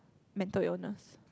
mental illness